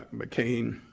mccain,